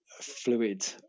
fluid